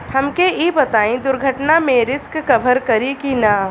हमके ई बताईं दुर्घटना में रिस्क कभर करी कि ना?